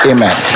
Amen